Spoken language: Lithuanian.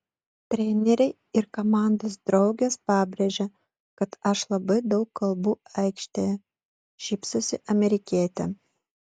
treneriai ir komandos draugės pabrėžia kad aš labai daug kalbu aikštėje šypsosi amerikietė